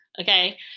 okay